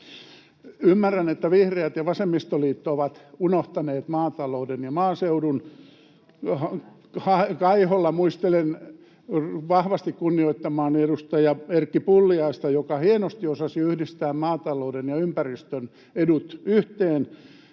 Ymmärrän, että vihreät ja vasemmistoliitto ovat unohtaneet maatalouden ja maaseudun. [Vasemmalta: Ei olla, ei olla!] Kaiholla muistelen vahvasti kunnioittamaani edustaja Erkki Pulliaista, joka hienosti osasi yhdistää maatalouden ja ympäristön edut yhteen,